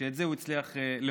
שאת זה הוא הצליח להוריד.